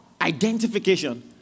identification